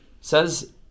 says